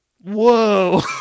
Whoa